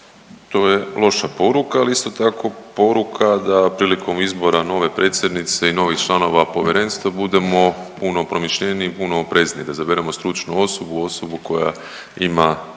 To je loša poruka, ali isto tako poruka da prilikom izbora nove predsjednice i novih članova povjerenstva budemo puno promišljeniji, puno oprezniji da izaberemo stručnu osobu, osobu koja ima